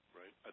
right